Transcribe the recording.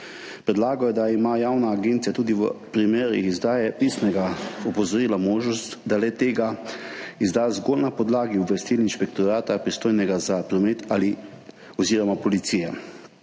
Predlagajo, da ima javna agencija tudi v primeru izdaje pisnega opozorila možnost, da le-tega izda zgolj na podlagi obvestil inšpektorata, pristojnega za promet, ali policije,